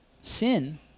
sin